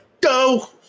go